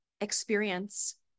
experience